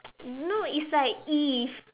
no it's like if